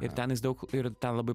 ir ten jis daug ir ten labai